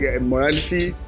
morality